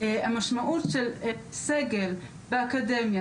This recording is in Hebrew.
המשמעות של סגל באקדמיה,